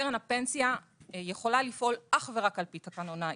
קרן הפנסיה יכולה לפעול אך ורק על פי תקנונה,